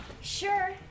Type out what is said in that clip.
sure